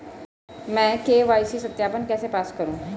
मैं के.वाई.सी सत्यापन कैसे पास करूँ?